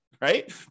right